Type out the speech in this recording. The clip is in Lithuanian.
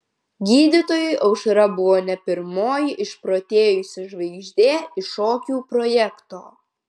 gydytojui aušra buvo ne pirmoji išprotėjusi žvaigždė iš šokių projekto